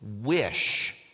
wish